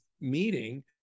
meeting